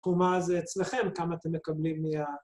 ומה זה אצלכם, כמה אתם מקבלים מה...